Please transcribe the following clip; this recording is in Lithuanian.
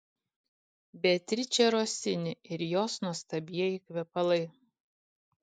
beatričė rosini ir jos nuostabieji kvepalai